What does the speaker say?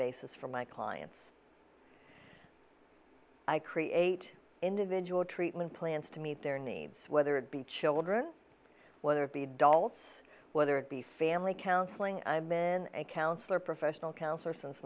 basis for my clients i create individual treatment plans to meet their needs whether it be children whether it be dolls whether it be family counseling i'm in a counselor professional